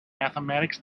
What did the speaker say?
mathematics